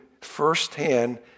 firsthand